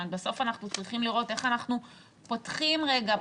בסוף אנחנו צריכים לראות איך אנחנו פותחים רגע,